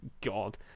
God